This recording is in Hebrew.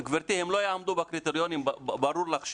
גברתי, הם לא יעמדו בקריטריונים, ברור לך שלא.